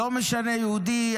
לא משנה יהודי,